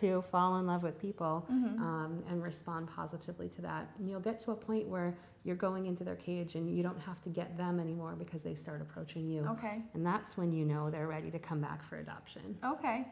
to fall in love with people and respond positively to that you'll get to a point where you're going into their cage and you don't have to get them any more because they start approaching you ok and that's when you know they're ready to come back for adoption ok